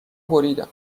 بریدم